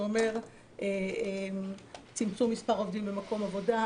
זה אומר צמצום מספר עובדים במקום עבודה,